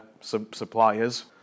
suppliers